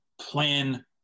plan